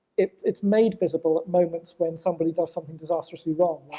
it's it's made visible at moments when somebody does something disastrously wrong